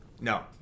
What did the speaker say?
No